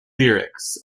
lyrics